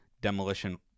Demolition